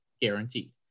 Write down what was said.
Guaranteed